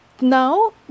now